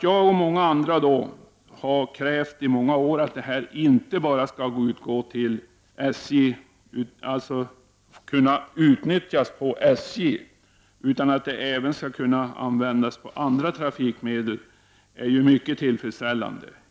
Jag och många andra har under många år krävt att kortet skall kunna utnyttjas inte bara på SJ utan också när det gäller andra trafikmedel. Det vore mycket tillfredsställande.